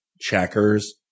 Checkers